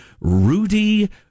Rudy